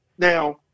Now